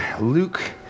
Luke